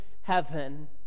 heaven